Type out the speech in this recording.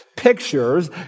pictures